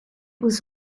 was